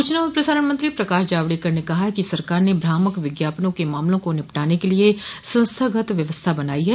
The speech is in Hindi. सूचना और प्रसारण मंत्री प्रकाश जावड़ेकर ने कहा है कि सरकार ने भ्रामक विज्ञापनों के मामलों को निपटाने के लिए संस्थागत व्यवस्था बनाई है